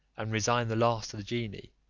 and resign the last to the genie,